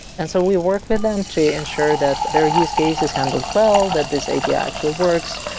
and so we work with them to ensure that their use case is handled well, that this api actually works,